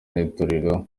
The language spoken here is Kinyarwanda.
n’itorero